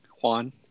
Juan